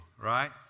right